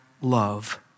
love